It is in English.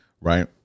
right